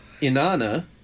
Inanna